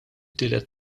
tielet